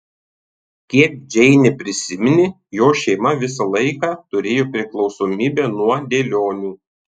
kiek džeinė prisiminė jos šeima visą laiką turėjo priklausomybę nuo dėlionių